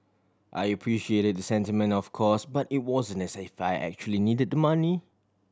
I appreciated the sentiment of course but it wasn't as if I actually needed the money